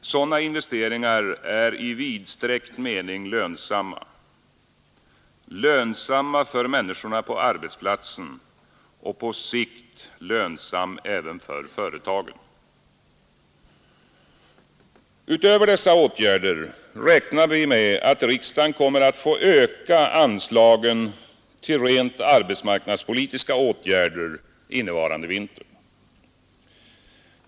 Sådana investeringar är i vidsträckt mening lönsamma, lönsamma för människorna på arbetsplatsen och på sikt även för företagen. Utöver dessa åtgärder räknar vi med att riksdagen kommer att få öka anslagen till rent arbetsmarknadspolitiska åtgärder innevarande vinter.